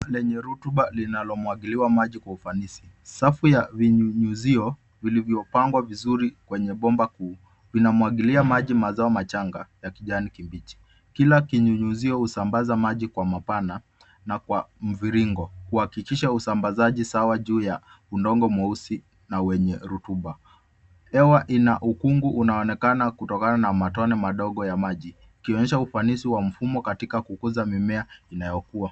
Shamba lenye rotuba linalomwagiliwa maji kwa ufanisi. Safu ya vinyunyuzio vilivyopangwa vizuri kwenye bomba kuu, linamwagilia maji mazao machanga ya kijani kibichi. Kila kinyunyizio husambaza maji kwa mapana na kwa mviringo kuhakikisha usambazaji sawa juu ya udongo mweusi na wenye rutuba. Hewa ina ukungu inaonekana kutokana na matone madogo ya maji ikionyesha ufanisi wa mfumo katika kukuza mimea.